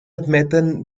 admeten